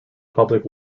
public